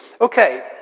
Okay